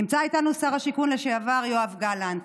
נמצא איתנו שר השיכון לשעבר יואב גלנט.